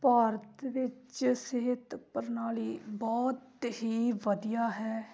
ਭਾਰਤ ਵਿੱਚ ਸਿਹਤ ਪ੍ਰਣਾਲੀ ਬਹੁਤ ਹੀ ਵਧੀਆ ਹੈ